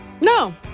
No